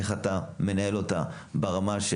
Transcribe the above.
איך אתה מנהל בעיה כזו,